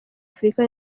afurika